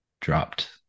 dropped